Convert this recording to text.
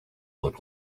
look